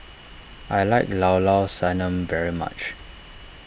I like Llao Llao Sanum very much